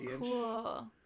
cool